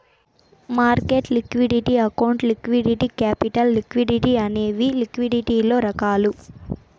market liquidity account liquidity capital liquidity అనేవి లిక్విడిటీలలో రకాలు